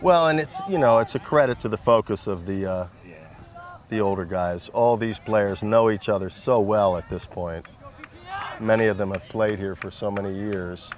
well and it's you know it's a credit to the focus of the the older guys all these players know each other so well at this point many of them with play here for so many years